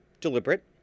deliberate